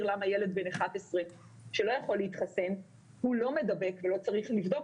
למה ילד בן 11 שלא יכול להתחסן הוא לא מדבק ולא צריך לבדוק